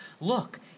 look